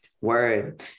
word